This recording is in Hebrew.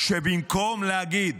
שבמקום להגיד: